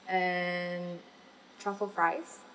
and truffle fries